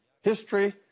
History